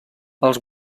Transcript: els